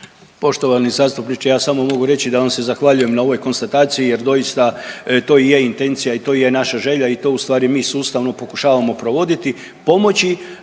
Poštovani zastupniče ja samo mogu reći da vam se zahvaljujem na ovoj konstataciji jer doista to i je intencija i to je i naša želja i to ustvari mi sustavno pokušavamo provoditi, pomoći